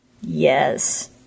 Yes